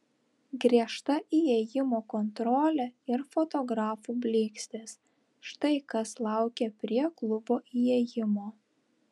griežta įėjimo kontrolė ir fotografų blykstės štai kas laukė prie klubo įėjimo